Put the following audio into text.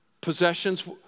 Possessions